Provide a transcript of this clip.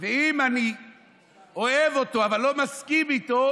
ואם אני אוהב אותו אבל לא מסכים איתו,